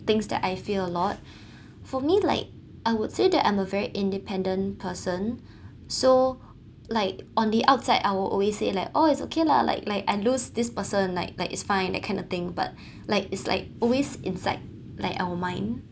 things that I fear a lot for me like I would say that I'm a very independent person so like on the outside I'll always say like oh it's okay lah like like I lose this person like like it's fine that kind of thing but like it's like always inside like our mind